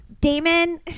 Damon